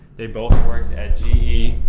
they both worked at ge.